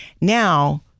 Now